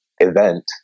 event